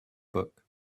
book